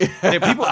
People